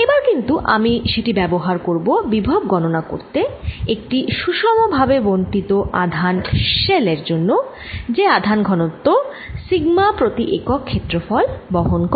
এবার কিন্তু আমি সেটি ব্যবহার করব বিভব গণনা করতে একটি সুষম ভাবে বন্টিত আধান শেল এর জন্য যে আধান ঘনত্ব সিগমা প্রতি একক ক্ষেত্রফল বহন করে